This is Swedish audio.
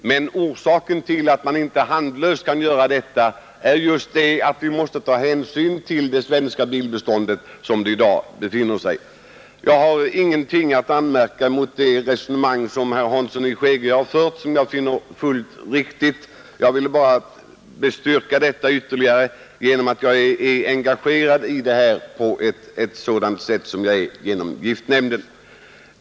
Orsaken till att man inte handlöst kan göra det är just att vi måste ta hänsyn till det svenska bilbestånd som vi i dag har. Jag har ingenting att anmärka mot det resonemang som herr Hansson i Skegrie fört — jag finner det helt riktigt. Jag har bara ytterligare velat understryka det, eftersom jag är engagerad i denna fråga genom giftnämnden.